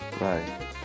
Right